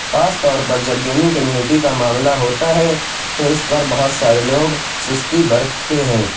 خاص طور پر جب گیمنگ کمیونٹی کا معاملہ ہوتا ہے تو اِس پر بہت سارے لوگ سُستی برتتے ہیں